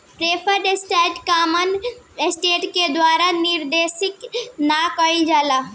preferred stock common stock के द्वारा निर्देशित ना कइल जाला